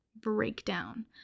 breakdown